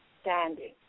standing